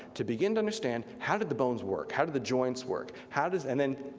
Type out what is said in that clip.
to begin to understand, how did the bones work, how did the joints work, how does, and then,